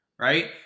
right